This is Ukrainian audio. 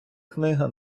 книга